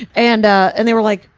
and ah, and they were like,